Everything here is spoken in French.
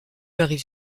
arrive